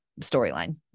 storyline